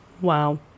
wow